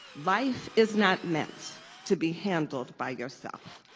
life is not meant to be handled by yourself.